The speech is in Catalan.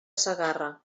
segarra